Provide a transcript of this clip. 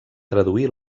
traduí